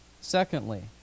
Secondly